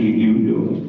you